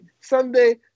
Sunday